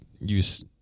use